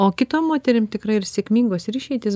o kitom moterim tikra ir sėkmingos ir išeitys